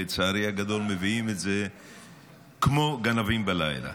לצערי הגדול מביאים את זה כמו גנבים בלילה.